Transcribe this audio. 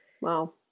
Wow